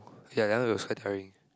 ya that one looks quite tiring